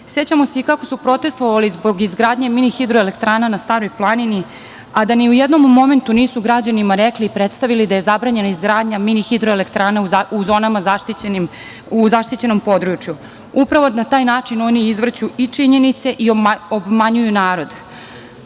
Sećamo se i kako su protestovali zbog izgradnje mini hidroelektrana na Staroj planini, a da ni u jednom momentu nisu građanima rekli i predstavili da je zabranjena izgradnja mini hidroelektrana u zaštićenom području. Upravo na taj način oni izvrću i činjenice i obmanjuju narod.